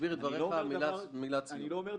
לא הייתי